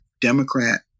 Democrat